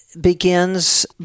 begins